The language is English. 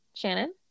Shannon